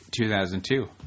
2002